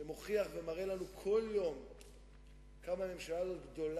אנשים עוקבים, מאיפה הגיע הביטוי "נכסי צאן